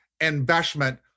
investment